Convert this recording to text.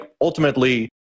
ultimately